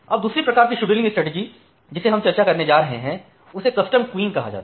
दूसरी प्रकार की शेड्यूलिंग स्ट्रेटेजी जिसे हम चर्चा करने जा रहे हैं उसे कस्टम क्वींग कहा जाता है